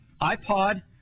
iPod